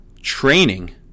training